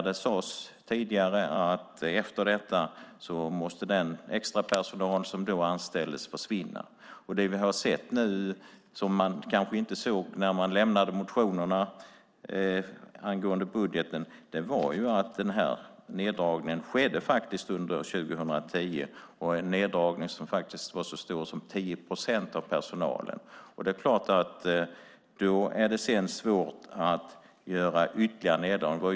Det sades tidigare att efter detta måste den extrapersonal som då anställdes försvinna. Det vi nu har sett, och som man kanske inte såg när man lämnade in motionerna angående budgeten, är att neddragningen skett under 2010. Den neddragningen var så stor som 10 procent av personalen. Det är givetvis svårt att då göra ytterligare neddragningar.